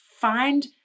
find